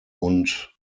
und